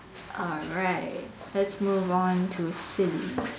alright let's move on to silly